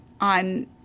on